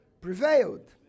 prevailed